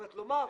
לומר: